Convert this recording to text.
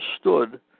stood